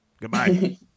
Goodbye